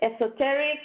esoteric